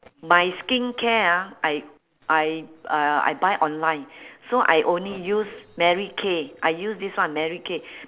my skincare ah I I uh I buy online so I only use mary kay I use this one mary kay